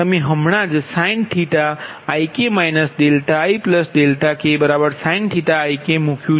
તમે હમણાં જ sin⁡θik ik≈sin⁡θik મૂક્યુ